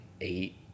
eight